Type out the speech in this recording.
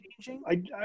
changing